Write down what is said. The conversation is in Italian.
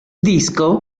disco